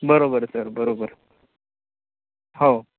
बरोबर सर बरोबर हो